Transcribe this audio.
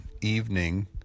evening